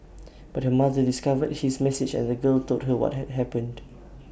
but her mother discovered his message and the girl told her what had had happened